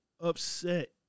upset